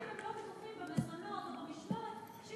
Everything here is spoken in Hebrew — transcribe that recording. למה לאיים במזונות או במשמורת?